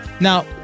Now